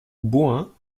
bohain